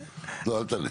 לא, אל תענה.